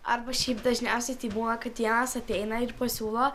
arba šiaip dažniausiai tai būna kad vienas ateina ir pasiūlo